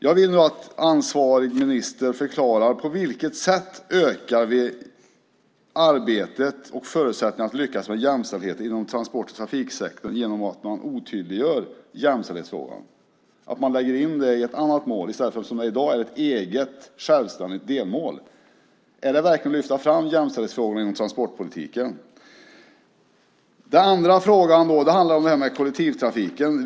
Jag vill nog att ansvarig minister förklarar på vilket sätt vi ökar arbetet och förutsättningarna att lyckas med jämställdheten inom transport och trafiksektorn genom att man otydliggör jämställdhetsfrågorna, att man lägger in dem i ett annat mål i stället för att de som i dag är ett eget självständigt delmål. Är det verkligen att lyfta fram jämställdhetsfrågorna inom transportpolitiken? Den andra frågan handlar om kollektivtrafiken.